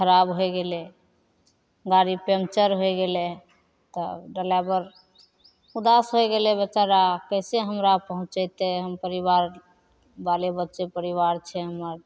खराब होइ गेलै गाड़ी पन्क्चर होइ गेलै तब ड्राइवर उदास होइ गेलै बेचारा कइसे हमरा पहुँचेतै हम परिवार बाले बच्चे परिवार छै हमर